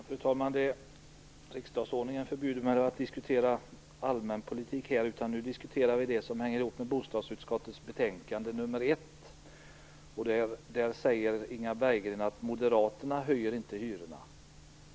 Fru talman! Riksdagsordningen förbjuder mig att diskutera allmänpolitik här. Nu diskuterar vi det som hänger ihop med bostadsutskottets betänkande nr 1. Inga Berggren säger då att Moderaterna inte höjer hyrorna.